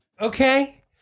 Okay